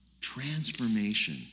transformation